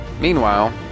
Meanwhile